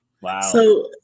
Wow